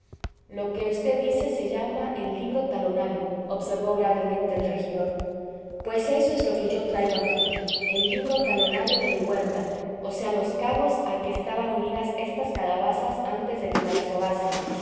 lo es lo que v dice se llama el libro talonario observó gravemente el regidor pues eso es lo que yo traigo aqui el libro talonario de mi huerta o sea los cabos a que estaban unidas estas calabazas antes de que me las robasen